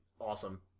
awesome